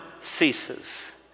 ceases